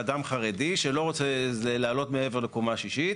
אדם חרדי שלא רוצה לעלות מעבר לקומה שישית,